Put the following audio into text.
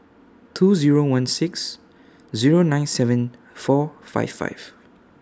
two Zero one six Zero nine seven four five five